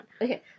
okay